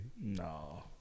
No